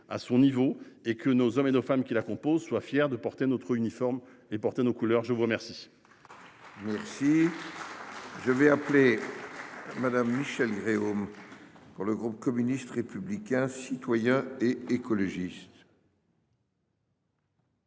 à son niveau et que nos hommes et nos femmes qui la composent soient fiers de porter notre uniforme et porter nos couleurs, je vous remercie. Je vais appeler. Madame, Michelle Gréaume. Pour le groupe communiste, républicain, citoyen et écologiste.